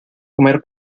comer